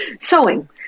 sewing